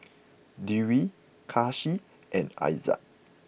Dewi Kasih and Aizat